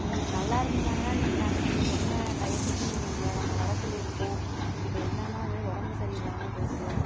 நல்லா இருந்திருந்தாங்கன்னா இன்னிக்கி நாங்கள் நீங்கள் சொன்ன டயத்துக்கு நீங்கள் உங்களை நாங்கள் வரச் சொல்லி இருப்போம் இப்போ என்னென்னா இது மாதிரி உடம்பு சரியில்லாமல் போயிட்டு